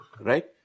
right